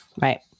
Right